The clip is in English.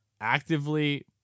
actively